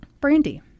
brandy